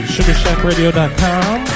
SugarshackRadio.com